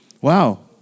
Wow